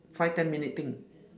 five ten minute thing